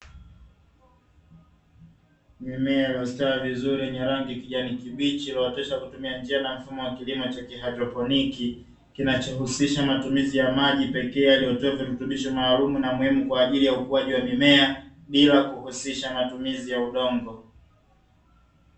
Mimea iliyostawi vizuri yenye rangi kijani kibichi iliyotosha kutumia njia na mfumo wa kilimo cha kihaidrokroniki, kinachohusisha matumizi ya maji pekee yaliyotoa virutubisho maalum na muhimu kwa ajili ya ukuaji wa mimea bila kuhusisha matumizi ya udongo.